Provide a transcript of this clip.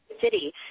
city